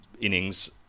innings